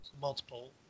multiple